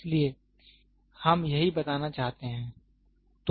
इसलिए हम यही बताना चाहते हैं